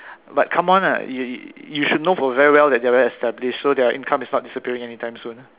but come on lah you should know for very well that they are very well established so their income is not disappearing anytime soon